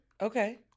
Okay